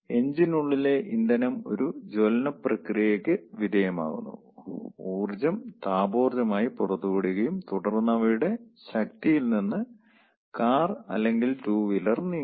എഞ്ചിനുള്ളിലെ ഇന്ധനം ഒരു ജ്വലന പ്രക്രിയയ്ക്ക് വിധേയമാകുന്നു ഊർജ്ജം താപോർജ്ജമായി പുറത്തുവിടുകയും തുടർന്ന് അവയുടെ ശക്തിയിൽ നിന്ന് കാർ അല്ലെങ്കിൽ 2 വീലർ നീങ്ങുന്നു